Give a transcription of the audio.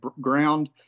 ground